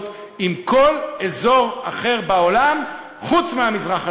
עם כל אזור אחר בעולם חוץ מהמזרח התיכון,